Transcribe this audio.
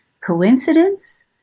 Coincidence